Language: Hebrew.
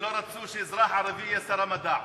שלא רצו שאזרח ערבי יהיה שר המדע.